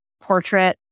portrait